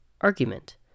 Argument